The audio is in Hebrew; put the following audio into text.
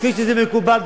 כפי שזה מקובל,